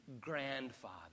grandfather